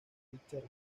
richard